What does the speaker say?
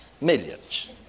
millions